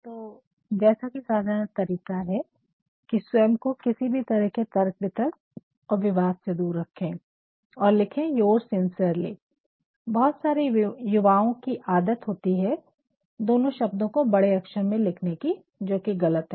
तो जैसा की साधारण तरीका है की स्वयं को किसी भी तरह के तर्क वितर्क और विवाद से दूर रखे और लिखे योर्स सिंसिअरली Yours sincerely आपका भवदीय बहुत सारे युवाओ की आदत होती है दोनों शब्दों को बड़े अक्षर में लिखने की जो की गलत है